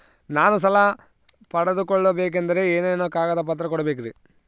ನಾನು ಸಾಲ ಪಡಕೋಬೇಕಂದರೆ ಏನೇನು ಕಾಗದ ಪತ್ರ ಕೋಡಬೇಕ್ರಿ?